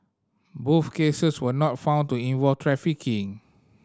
both cases were not found to involve trafficking